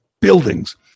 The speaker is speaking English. buildings